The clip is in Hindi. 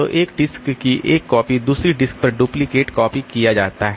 तो एक डिस्क की एक कॉपी दूसरी डिस्क पर डुप्लिकेट कॉपी किया जाता है